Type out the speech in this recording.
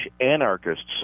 anarchists